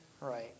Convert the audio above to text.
Right